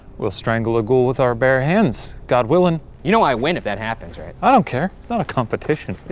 we'll strangle a ghoul with our bare hands, god willing. you know i win if that happens, right? i don't care. it's not a competition.